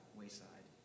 wayside